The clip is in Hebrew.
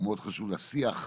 הוא מאוד חשוב לשיח.